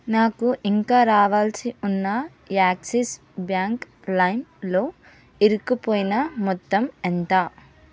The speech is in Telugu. నాకు ఇంకా రావాల్సి ఉన్న యాక్సిస్ బ్యాంక్ లైమ్లో ఇరుక్కుపోయిన మొత్తం ఎంత